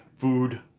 food